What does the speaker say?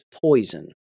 poison